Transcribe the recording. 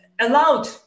allowed